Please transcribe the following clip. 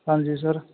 ਹਾਂਜੀ ਸਰ